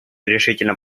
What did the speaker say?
решительно